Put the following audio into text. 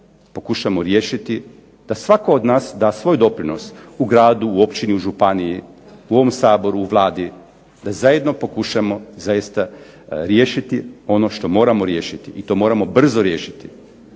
pokušamo riješiti da svatko od nas da svoj doprinos u gradu, u općini, u županiji u ovom Saboru, u Vladi da zajedno pokušamo zaista riješiti ono što moramo riješiti. I to moramo brzo riješiti